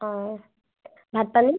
অঁ ভাত পানী